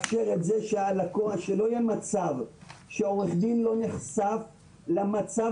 שלא יהיה מצב שעורך דין לא נחשף למצב